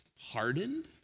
hardened